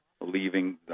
leaving